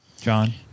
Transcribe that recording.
John